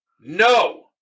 no